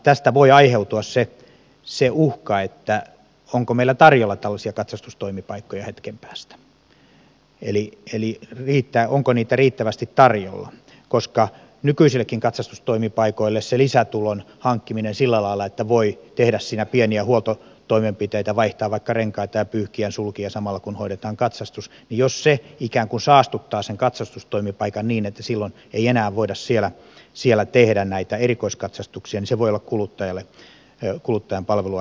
tästä voi aiheutua se uhka että onko meillä tarjolla tällaisia katsastustoimipaikkoja hetken päästä eli onko niitä riittävästi tarjolla koska nykyisillekin katsastustoimipaikoille se lisätulon hankkiminen sillä lailla että voi tehdä siinä pieniä huoltotoimenpiteitä vaihtaa vaikka renkaita ja pyyhkijänsulkia samalla kun hoidetaan katsastus on tärkeä ja jos se ikään kuin saastuttaa sen katsastustoimipaikan niin että silloin ei enää voida siellä tehdä näitä erikoiskatsastuksia niin se voi olla kuluttajan palvelua heikentävä